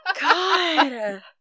God